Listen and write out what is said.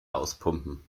auspumpen